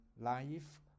life